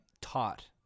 taught